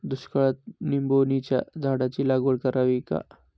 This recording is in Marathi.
दुष्काळात निंबोणीच्या झाडाची लागवड करावी का?